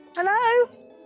Hello